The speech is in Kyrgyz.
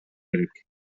керек